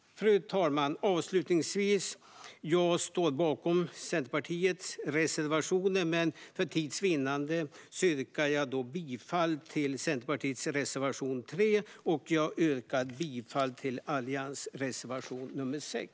Fru talman! Jag står avslutningsvis bakom Centerpartiets alla reservationer men yrkar för tids vinnande bifall endast till Centerpartiets reservation nr 3 och Alliansens reservation nr 6.